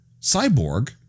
Cyborg